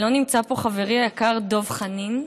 לא נמצא פה חברי היקר דב חנין.